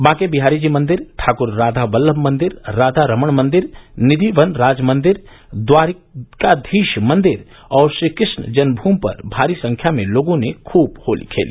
बांके बिहारी जी मंदिर ठाकुर राधाबल्लम मंदिर राधारमण मंदिर निधि वन राजमंदिर द्वारिकाधीश मंदिर और श्रीकृष्ण जन्ममूमि पर भारी संख्या में लोगों ने खूब होली खेली